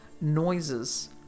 noises